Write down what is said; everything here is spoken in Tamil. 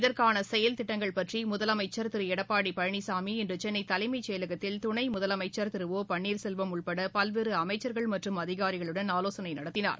இதற்கான செயல் திட்டங்கள் பற்றி முதலமைச்சர் திரு எடப்பாடி பழனிசாமி இன்று சென்னை தலைமை செயலகத்தில் துணை முதலமைச்சா் திரு ஓ பன்னீர்செல்வம் உட்பட பல்வேறு அமைச்சர்கள் மற்றும் அதிகாரிகளுடன் ஆலோசனை நடத்தினார்